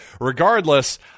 regardless